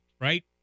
right